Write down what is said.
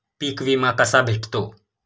पीक विमा कसा भेटतो?